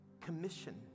commission